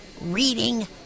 Reading